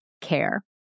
care